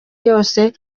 yose